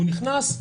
הוא נכנס,